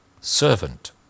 servant